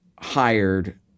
hired